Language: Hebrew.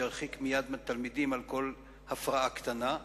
שירחיק מייד תלמידים על כל הפרעה קטנה,